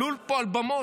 עלו פה על במות,